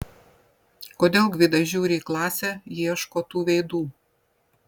kodėl gvidas žiūri į klasę ieško tų veidų